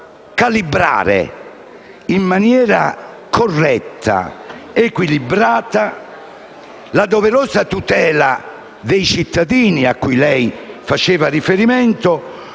calibrare in maniera corretta ed equilibrata la doverosa tutela dei cittadini, a cui lei faceva riferimento,